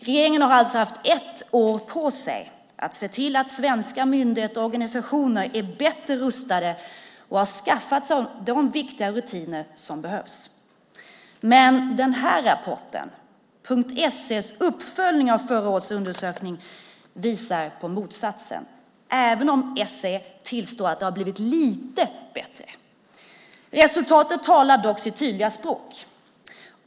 Regeringen har alltså haft ett år på sig att se till att svenska myndigheter och organisationer är bättre rustade och har skaffat de viktiga rutiner som behövs. Men den rapport jag har med mig här, .SE:s uppföljning av förra årets undersökning, visar på motsatsen, även om .SE tillstår att det har blivit lite bättre. Resultatet talar dock sitt tydliga språk.